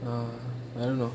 err I don't know